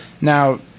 Now